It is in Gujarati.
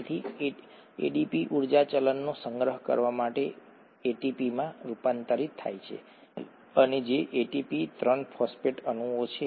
તેથી એડીપી ઊર્જા ચલણનો સંગ્રહ કરવા માટે એટીપીમાં રૂપાંતરિત થાય છે અને જે એટીપી 3 ફોસ્ફેટ અણુઓ છે